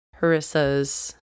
Harissa's